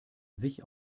sich